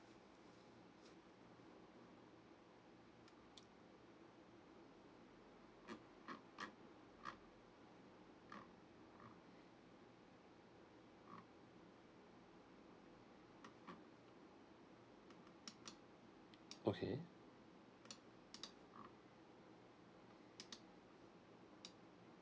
okay